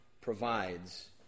provides